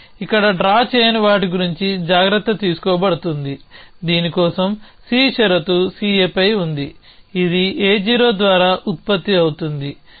ఇది ఇక్కడ డ్రా చేయని వాటి గురించి జాగ్రత్త తీసుకోబడుతుంది దీని కోసం C షరతు CAపై ఉంది ఇది A0 ద్వారా ఉత్పత్తి అవుతుంది